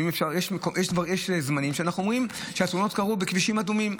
יש זמנים שאנחנו אומרים שהתאונות קרו בכבישים אדומים,